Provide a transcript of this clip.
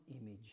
image